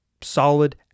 Solid